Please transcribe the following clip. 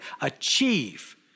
achieve